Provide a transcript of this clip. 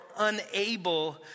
unable